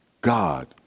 God